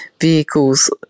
vehicles